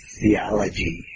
Theology